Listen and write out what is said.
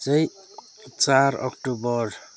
चाहिँ चार अक्टोबर